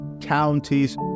counties